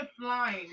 flying